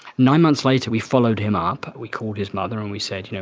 nine months later we followed him up, we called his mother and we said, you know